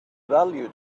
value